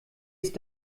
ist